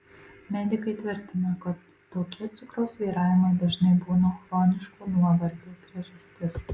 medikai tvirtina kad tokie cukraus svyravimai dažnai būna chroniško nuovargio priežastis